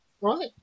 Right